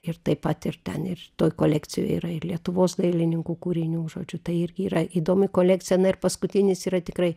ir taip pat ir ten ir kolekcijoje yra ir lietuvos dailininkų kūrinių žodžiu tai irgi yra įdomi kolekcija na ir paskutinis yra tikrai